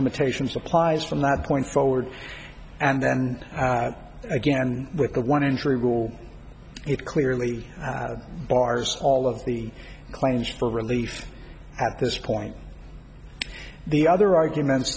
limitations applies from that point forward and then again with a one injury rule it clearly bars all of the claims for relief at this point the other arguments